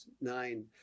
nine